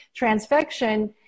Transfection